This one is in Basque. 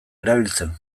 erabiltzen